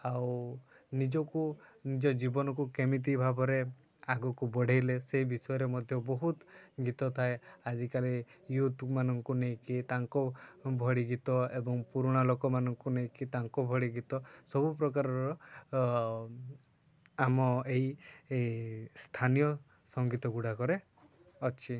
ଆଉ ନିଜକୁ ନିଜ ଜୀବନକୁ କେମିତି ଭାବରେ ଆଗକୁ ବଢ଼େଇଲେ ସେଇ ବିଷୟରେ ମଧ୍ୟ ବହୁତ ଗୀତ ଥାଏ ଆଜିକାଲି ୟୁଥ୍ମାନଙ୍କୁ ନେଇକି ତାଙ୍କ ଭଳି ଗୀତ ଏବଂ ପୁରୁଣା ଲୋକମାନଙ୍କୁ ନେଇକି ତାଙ୍କ ଭଳି ଗୀତ ସବୁ ପ୍ରକାରର ଆମ ଏଇ ସ୍ଥାନୀୟ ସଙ୍ଗୀତ ଗୁଡ଼ାକରେ ଅଛି